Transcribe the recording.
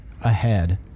Ahead